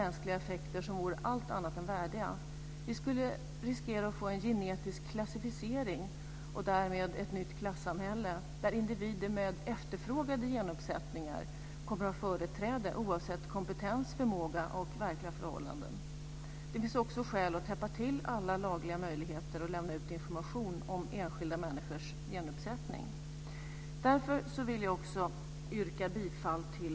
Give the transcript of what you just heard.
Enligt vår mening bör allt göras för att främja en utveckling av behandlingsmetoder för att återställa så mycket som möjligt av den ursprungliga funktionen hos de flickor som blir könsstympade. Svensk hälsooch sjukvård bör aktivt bidra i detta arbete som också kan komma kvinnor i andra länder till godo. Riksdagen har tidigare yttrat sig om vikten av att förebygga könsstympning.